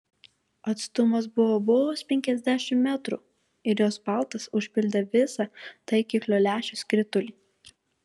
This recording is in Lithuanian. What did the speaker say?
atstumas buvo vos penkiasdešimt metrų ir jos paltas užpildė visą taikiklio lęšio skritulį